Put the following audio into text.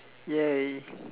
!yay!